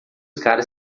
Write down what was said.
caras